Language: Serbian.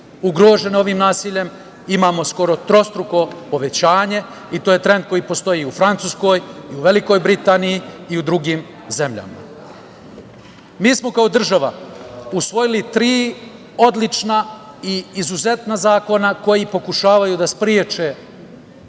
ugrožene ovim nasiljem imamo skoro trostruko povećanje i to je trend koji postoji i u Francuskoj i u Velikoj Britaniji i u drugim zemljama. Mi smo kao država usvojili tri odlična i izuzetna zakona koji pokušavaju da spreče